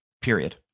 Period